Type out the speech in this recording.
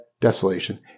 desolation